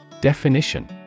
Definition